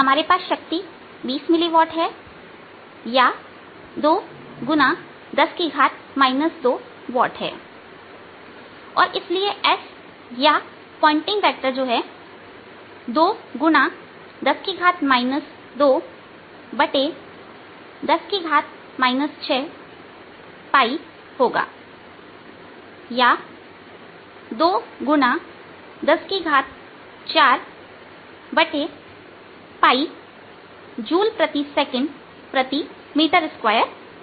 हमारे पास शक्ति 20 मिलीवॉट है या 2 x 10 2 वाट है और इसलिए S या पॉइंटिग वेक्टर 2 x10 2 10 6𝝅 होगा या 2 x104 𝝅 जूल प्रति सेकंड प्रति मीटर2 है